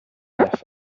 life